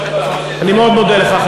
אני מאוד מודה לך,